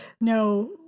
No